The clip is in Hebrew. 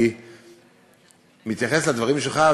אני מתייחס לדברים שלך,